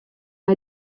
nei